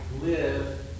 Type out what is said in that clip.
live